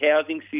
housing